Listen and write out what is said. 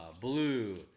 blue